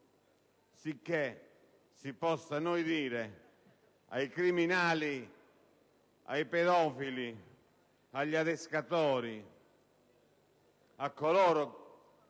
che si possa dire ai criminali, ai pedofili, agli adescatori, a coloro